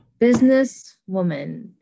businesswoman